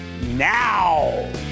now